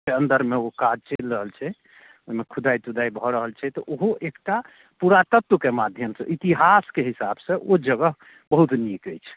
के अंदरमे ओ काज चलि रहल छै ओहिमे खुदाइ तुदाइ भऽ रहल छै तऽ ओहो एकटा पुरातत्वके माध्यम से इतिहासके हिसाबसँ ओ जगह बहुत नीक अछि